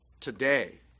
today